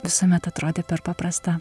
visuomet atrodė per paprasta